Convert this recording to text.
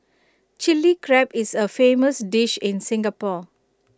Chilli Crab is A famous dish in Singapore